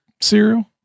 cereal